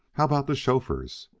how about the chauffeurs?